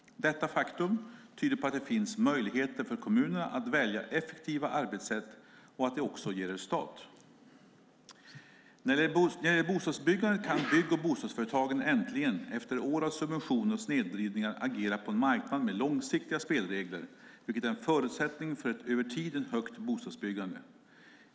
Detta faktum tyder på att det finns möjligheter för kommunerna att välja effektiva arbetssätt och att det också ger resultat. När det gäller bostadsbyggandet kan bygg och bostadsföretagen äntligen, efter år av subventioner och snedvridningar, agera på en marknad med långsiktiga spelregler, vilket är en förutsättning för ett över tiden högt bostadsbyggande.